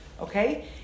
Okay